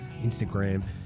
Instagram